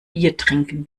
biertrinken